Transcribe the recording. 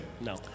No